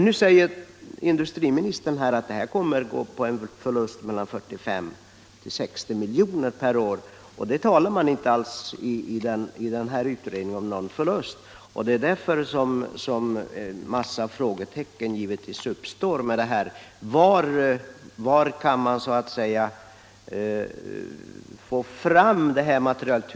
Nu säger emellertid industriministern att projektet skulle komma att medföra en förlust på mellan 45 och 60 milj.kr. per år. Någon förlust talar man inte alls om i utredningen. Därför uppstår givetvis en massa frågetecken. Var kan man få fram det här materialet?